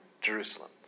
Jerusalem